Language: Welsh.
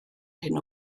hyn